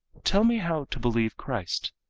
tell me how to believe christ.